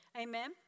Amen